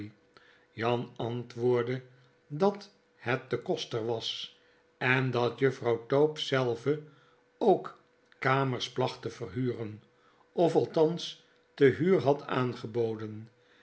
jan antwoordde dat het de koster was en dat juffrouw tope zelve ook kamers placht te verhuren of althans te huur had aangeboden